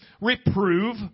reprove